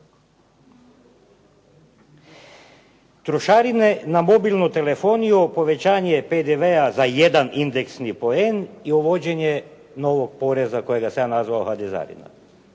Trošarine na mobilnu telefoniju, povećanje PDV-a za jedan indeksni poen i uvođenje novog poreza kojega sam ja nazvao HDZ-arina.